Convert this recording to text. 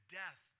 death